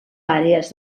àrees